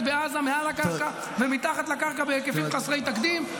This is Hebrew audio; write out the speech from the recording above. בעזה מעל הקרקע ומתחת לקרקע בהיקפים חסרי תקדים.